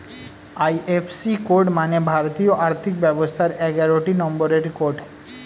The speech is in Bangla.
আই.এফ.সি কোড মানে ভারতীয় আর্থিক ব্যবস্থার এগারোটি নম্বরের কোড